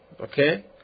Okay